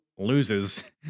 Loses